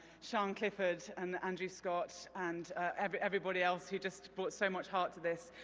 so um clifford and andrew scott and everybody else who just brought so much heart to this.